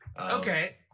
Okay